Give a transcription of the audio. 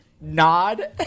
nod